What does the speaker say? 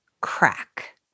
crack